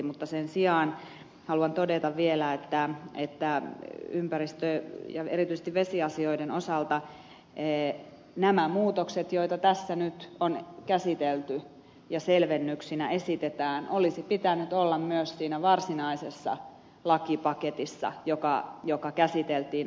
mutta sen sijaan haluan todeta vielä että ympäristö ja erityisesti vesiasioiden osalta näiden muutosten joita tässä nyt on käsitelty ja selvennyksinä esitetään olisi pitänyt olla myös siinä varsinaisessa lakipaketissa joka käsiteltiin aiemmin